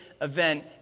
event